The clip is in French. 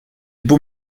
beau